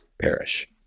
Perish